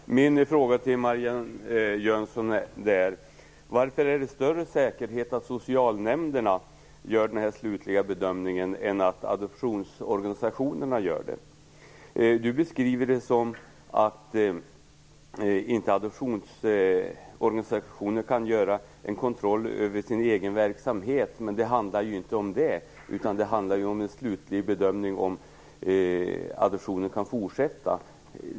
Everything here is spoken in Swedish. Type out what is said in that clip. Fru talman! Min fråga till Marianne Jönsson är följande: Varför är det större säkerhet i att socialnämnderna gör den slutliga bedömningen än att adoptionsorganisationerna gör det? Marianne Jönsson beskriver det som att adoptionsorganisationerna inte kan kontrollera sin egen verksamhet. Men det hela handlar ju inte om det. Det handlar ju om en slutlig bedömning om adoptionen kan fortsätta.